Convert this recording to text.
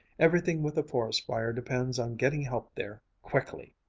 everything with a forest fire depends on getting help there quickly.